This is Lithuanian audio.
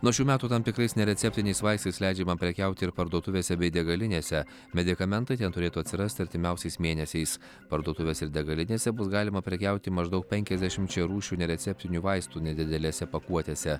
nuo šių metų tam tikrais nereceptiniais vaistais leidžiama prekiauti ir parduotuvėse bei degalinėse medikamentai ten turėtų atsirasti artimiausiais mėnesiais parduotuvėse ir degalinėse bus galima prekiauti maždaug penkiasdešimčia rūšių nereceptinių vaistų nedidelėse pakuotėse